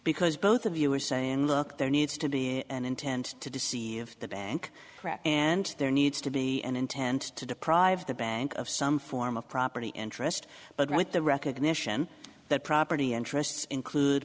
because both of you are saying look there needs to be an intent to deceive the bank and there needs to be an intent to deprive the bank of some form of property interest but with the recognition that property interests include